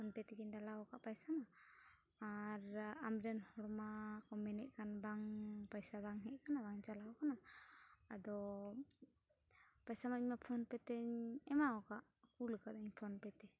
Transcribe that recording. phone pay ᱛᱮᱜᱮᱧ ᱰᱟᱞᱟᱣᱟᱠᱟᱜ ᱯᱟᱭᱥᱟ ᱢᱟ ᱟᱨ ᱟᱢᱨᱮᱱ ᱦᱚᱲᱢᱟ ᱠᱚ ᱢᱮᱱᱮᱫ ᱠᱟᱱ ᱵᱟᱝ ᱯᱟᱭᱥᱟ ᱵᱟᱝ ᱦᱮᱡᱟᱠᱟᱱᱟ ᱵᱟᱝ ᱪᱟᱞᱟᱣ ᱠᱟᱱᱟ ᱟᱫᱚ ᱯᱟᱭᱥᱟ ᱢᱟ ᱤᱧᱢᱟ ᱯᱷᱳᱱ ᱯᱮᱹ ᱛᱮᱧ ᱮᱢᱟᱣᱟᱠᱟᱜ ᱠᱩᱞᱟᱠᱟᱜ ᱯᱷᱳᱱ ᱯᱮᱹ ᱛᱮ